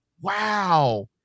wow